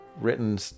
written